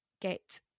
get